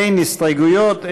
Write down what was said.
אין הסתייגויות,